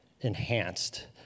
enhanced